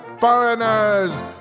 foreigners